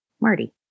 Marty